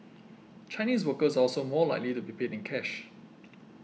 Chinese workers are also more likely to be paid in cash